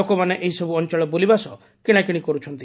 ଲୋକମାନେ ଏହିସବୁ ଅଞ୍ଚଳ ବୁଲିବା ସହ କିଶାକିଣି କରୁଛନ୍ତି